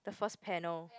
the first panel